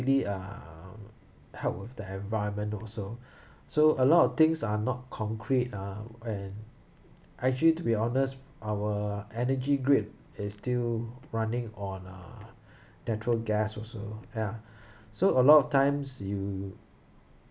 really uh help with the environment also so a lot of things are not concrete uh and actually to be honest our energy grid is still running on uh natural gas also ya so a lot of times you